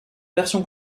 version